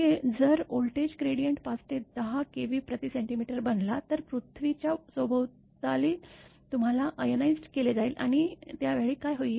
की जर voltage gradient ५ ते १० kVcmबनला तर पृथ्वीच्या सभोवताली तुम्हाला आयनाइज्ड केले जाईल आणि त्यावेळी काय होईल